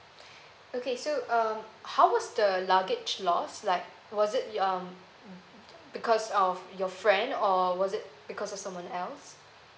okay so uh how was the luggage lost like was it your um because of your friend or was it because of someone else